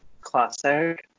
Classic